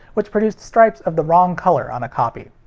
which produced stripes of the wrong color on a copy.